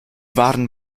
waren